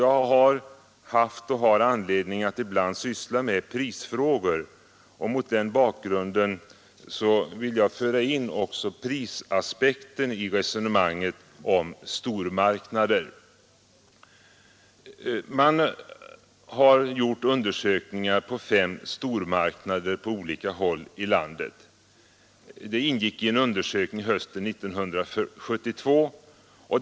Jag har haft och har anledning att ibland syssla med prisfrågor, och mot den bakgrunden vill jag föra in också prisaspekten i resonemanget om stormarknader. Man har gjort undersökningar på fem stormarknader på olika håll i landet. Det ingick i en undersökning hösten 1972.